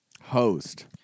Host